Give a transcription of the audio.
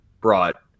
brought